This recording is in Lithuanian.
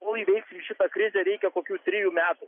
mum įveikti šitą krizę reikia kokių trejų metų